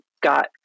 got